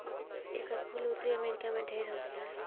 एकर फूल उत्तरी अमेरिका में ढेर होखेला